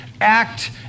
act